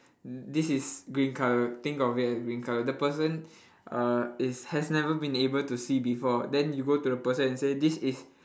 this is green colour think of it as green colour the person uh is has never been able to see before then you go to the person and say this is